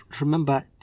remember